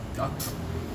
ya